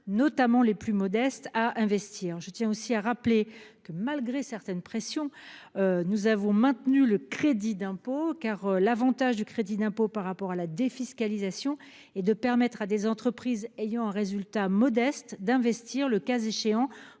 notamment les plus modestes à investir. Je tiens aussi à rappeler que, malgré certaines pressions. Nous avons maintenu le crédit d'impôt car l'Avantage du crédit d'impôt par rapport à la défiscalisation et de permettre à des entreprises ayant un résultat modeste d'investir le cas échéant